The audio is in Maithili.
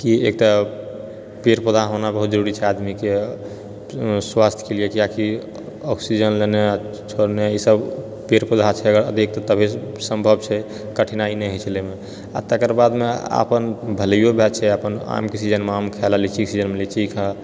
कि एक तऽ पेड़ पौधा होना बहुत जरुरी छै आदमीकेँ स्वास्थ्यके लिए किआकि ऑक्सिजन लेने छोड़ने ईसब पेड़ पौधा छै अधिक तभि संभव छै कठिनाइ नहि होइछेै लेएमे आ तकरबादमे अपन भलाइयो भए छेै अपन सीजनमे आम खा लीची खा